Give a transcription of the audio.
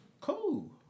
cool